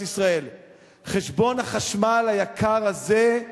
חשבון החשמל היקר הזה,